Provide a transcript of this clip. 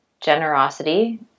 generosity